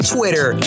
Twitter